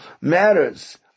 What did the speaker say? matters